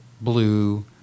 Blue